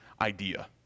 idea